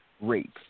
rape